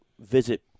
visit